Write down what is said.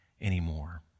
anymore